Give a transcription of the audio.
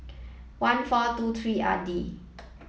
one four two three R D